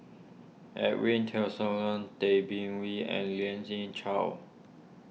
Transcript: Edwin Tessensohn Tay Bin Wee and Lien Ying Chow